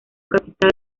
capital